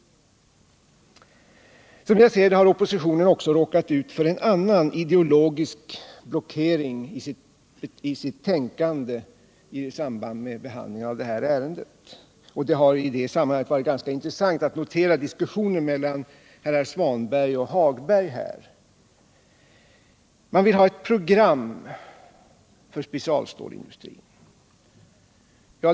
Som jag ser det har oppositionen också råkat ut för en ideologisk blockering i sitt tänkande i samband med behandlingen av det här ärendet. Det har i det sammanhanget varit ganska intressant att notera diskussionen mellan Ingvar Svanberg och Lars-Ove Hagberg. Oppositionen vill ha ett program för specialstålindustrin.